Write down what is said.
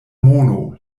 mono